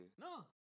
No